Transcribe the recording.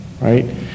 right